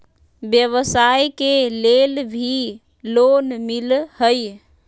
व्यवसाय के लेल भी लोन मिलहई?